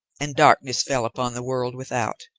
and darkness fell upon the world without.